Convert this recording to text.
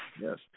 Yes